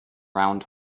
round